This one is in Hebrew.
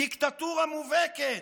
דיקטטורה מובהקת.